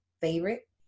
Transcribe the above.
favorite